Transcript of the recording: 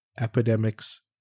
epidemics